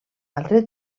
altre